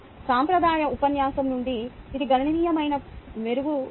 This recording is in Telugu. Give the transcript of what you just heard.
సాంప్రదాయ ఉపన్యాసం నుండి ఇది గణనీయమైన మెరుగుదల